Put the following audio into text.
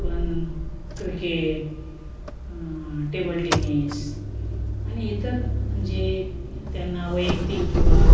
पण cricket table tennis आणि इतर जे त्यांना वैयक्तिक किंवा